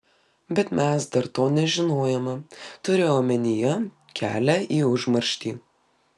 bet mes dar to nežinojome turiu omenyje kelią į užmarštį